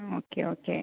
okay okay